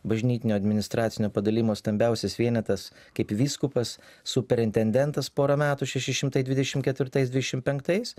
bažnytinio administracinio padalijimo stambiausias vienetas kaip vyskupas superintendentas porą metų šešinšimtai dvidešim ketvirtais dvidešim penktais